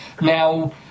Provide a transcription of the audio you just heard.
Now